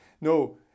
No